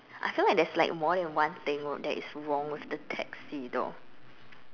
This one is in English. I feel like there is like more than one thing that is wrong with the taxi though